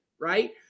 Right